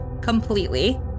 completely